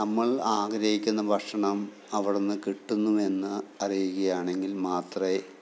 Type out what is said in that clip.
നമ്മൾ ആഗ്രഹിക്കുന്ന ഭക്ഷണം അവിടന്ന് കിട്ടുന്നുവെന്ന് അറിയിക്കുകയാണെങ്കിൽ മാത്രമേ